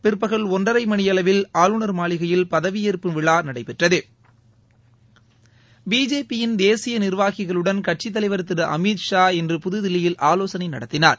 பிற்பகல் ஒன்றரை மணியளவில் ஆளுநர் மாளிகையில் பதவியேற்பு விழா நடைபெற்றது பிஜேபியின் தேசிய நிர்வாகிகளுடன் கட்சித் தலைவர் திரு அமித்ஷா இன்று புதுதில்லியில் ஆலோசனை நடத்தினார்